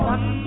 One